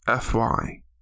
FY